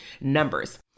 numbers